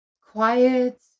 quiet